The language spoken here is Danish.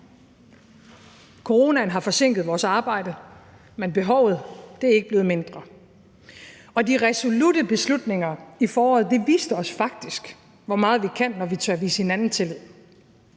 Coronaen har forsinket vores arbejde, men behovet er ikke blevet mindre. De resolutte beslutninger i foråret viste os faktisk, hvor meget vi kan, når vi tør vise hinanden tillid.